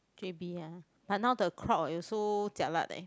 j_b ah but now the crowd also jialat leh